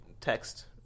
text